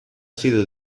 sido